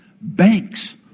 banks